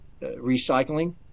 recycling